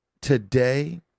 today